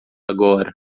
agora